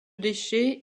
déchets